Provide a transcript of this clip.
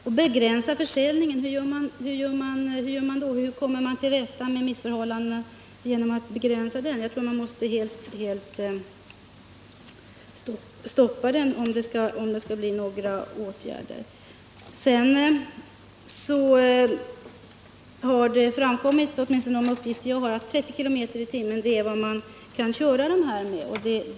Och hur kommer man till rätta med missförhållandena genom att begränsa försäljningen? Jag tror att man helt måste stoppa den, om det skall bli någon effekt. Man kan vidare, åtminstone enligt de uppgifter jag har fått, köra sådana här minimotorcyklar med en hastighet av 30 km/tim.